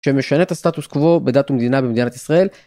שמשנה את הסטטוס קוו בדת ומדינה ובמדינת ישראל.